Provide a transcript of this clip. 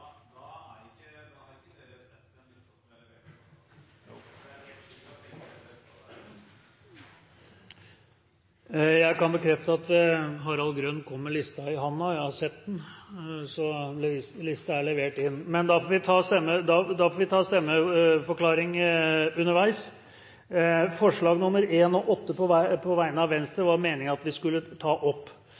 Jeg kan bekrefte at Harald Grønn kom med listen i hånden, og jeg har sett den. Så listen er levert inn. Men da får vi ta stemmeforklaring underveis. Det var meningen at vi skulle ta